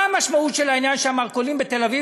מה המשמעות של העניין שהמרכולים בתל-אביב